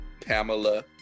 Pamela